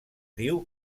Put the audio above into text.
diu